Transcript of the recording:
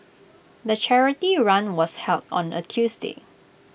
the charity run was held on A Tuesday